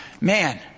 Man